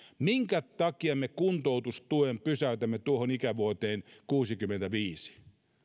minkä takia me kuntoutustuen pysäytämme tuohon ikävuoteen kuusikymmentäviisi